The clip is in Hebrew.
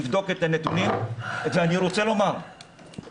לבדוק את הנתונים ואני רוצה לומר שלפחות